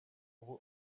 ubu